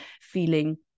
feeling